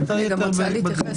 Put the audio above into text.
ואת היתר בדיון הבא.